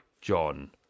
John